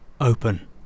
open